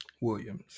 Williams